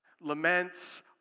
Laments